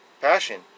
passion